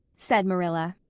said marilla.